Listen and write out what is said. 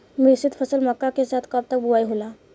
मिश्रित फसल मक्का के साथ कब तक बुआई होला?